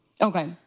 Okay